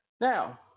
Now